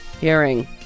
hearing